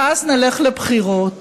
ואז נלך לבחירות